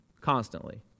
constantly